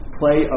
play